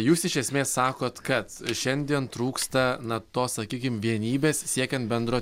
jūs iš esmės sakot kad šiandien trūksta na tos sakykim vienybės siekiant bendro